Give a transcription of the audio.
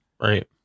Right